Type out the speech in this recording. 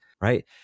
right